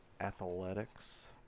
Athletics